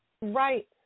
Right